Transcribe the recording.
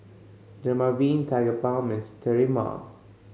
Dermaveen Tigerbalm Sterimar